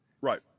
Right